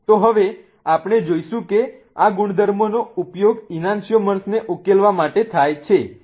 તો હવે આપણે જોઈશું કે આ ગુણધર્મોનો ઉપયોગ ઈનાન્સિઓમર્સને ઉકેલવા માટે થાય છે